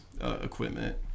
equipment